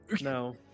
No